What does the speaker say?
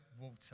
water